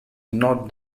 not